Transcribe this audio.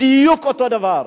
בדיוק אותו הדבר.